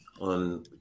on